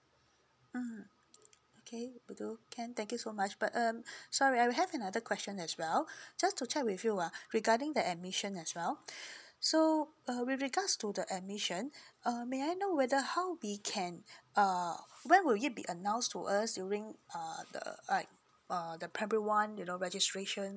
mm okay will do thank you so much but um sorry I'll have another question as well just to check with you ah regarding that admission as well so uh with regards to the admission err may I know whether how we can uh when will it be announced to us during uh the uh like uh the primary one you know registration